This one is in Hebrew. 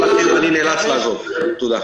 אני נאלץ לעזוב, תודה.